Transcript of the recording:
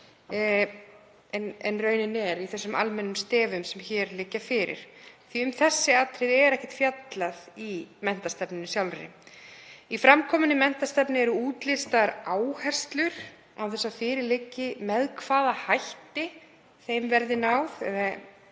en raunin er í þeim almennu stefjum sem liggja fyrir. Um þessi atriði er ekkert fjallað í menntastefnunni sjálfri. Í fram kominni menntastefnu eru útlistaðar áherslur án þess að fyrir liggi með hvaða hætti stefnt